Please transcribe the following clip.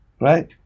right